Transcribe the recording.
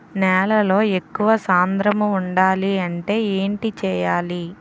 నేలలో ఎక్కువ సాంద్రము వుండాలి అంటే ఏంటి చేయాలి?